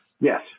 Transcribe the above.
Yes